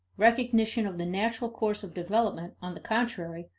recognition of the natural course of development, on the contrary,